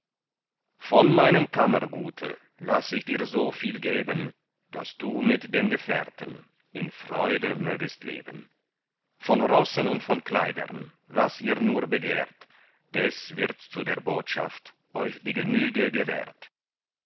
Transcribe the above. von meinem kammergute laß ich so viel dir geben daß du mit den gefährten in freude mögest leben von rossen und von kleidern was ihr nur begehrt des wird zu der botschaft euch die genüge gewährt